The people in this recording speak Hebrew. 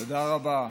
תודה רבה.